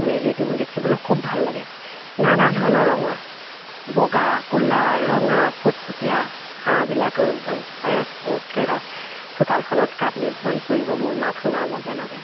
মেলি দিওঁ দেখিবলৈ খুব ভাল লাগে নানা ধৰণৰ ৰঙৰ বগা কুলা ৰঙা ফুটফুটীয়া হাঁহবিলাকেও একদম টেট টুটকে চোতালখনত কাটনি ভৰি ফুৰিব মোৰ মাত শুনাৰ লগে লগে